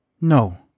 No